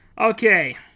okay